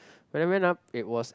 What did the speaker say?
when I went up it was